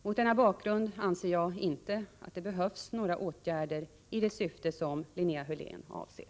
Mot denna bakgrund anser jag inte att det behövs några åtgärder i det syfte som Linnea Hörlén avser.